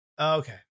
Okay